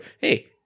hey